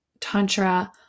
tantra